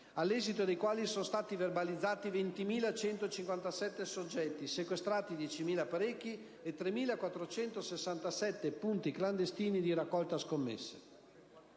all'esito dei quali sono stati verbalizzati 20.157 soggetti, sequestrati 10.000 apparecchi e 3.467 punti clandestini di raccolta scommesse.